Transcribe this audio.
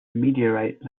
meteorite